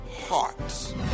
hearts